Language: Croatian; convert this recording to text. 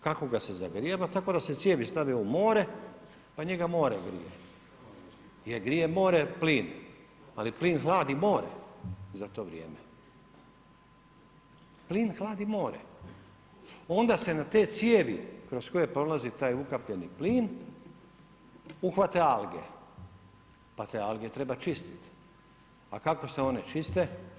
Kako ga se zagrijava tako nam se cijevi stave u more pa njega more grije, jer grije more plin, ali plin hladi more za to vrijeme, plin hladi more, onda se na te cijevi kroz koje prolazi taj ukapljeni plin uhvate alge pa te alge treba čistit, a kako se one čiste?